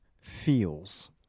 feels